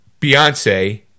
beyonce